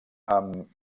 amb